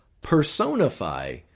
personify